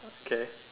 okay